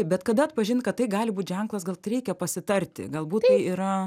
bet kada atpažint kad tai gali būt ženklas gal tai reikia pasitarti galbūt tai yra